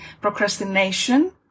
procrastination